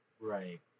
Right